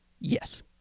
Yes